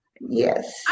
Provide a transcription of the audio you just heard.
Yes